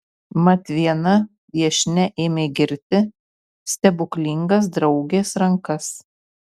mat viena viešnia ėmė girti stebuklingas draugės rankas